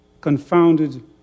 Confounded